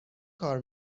کار